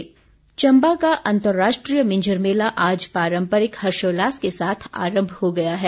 मिंजर मेला चम्बा का अंतर्राष्ट्रीय मिंजर मेला आज पारम्परिक हर्षोल्लास के साथ आरम्भ हो गया है